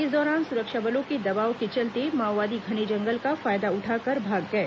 इस दौरान सुरक्षा बलों के दबाव के चलते माओवादी घने जंगल का फायदा उठाकर भाग गए